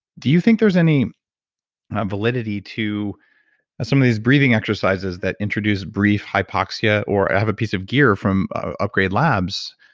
do you think there's any validity to some of these breathing exercises that introduce brief hypoxia or i have a piece of gear from ah upgrade labs.